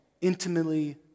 intimately